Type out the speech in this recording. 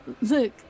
Look